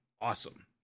awesome